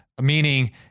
meaning